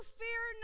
fear